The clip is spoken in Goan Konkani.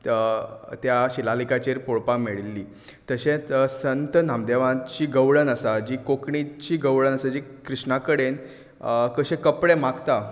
त्या शिलालेखाचेर पळोवपाक मेळिल्ली तशेंच संत नामदेवाची गवळण आसा जी कोंकणीची गवळण आसा जी कृष्णा कडेन कशें कपडें मागता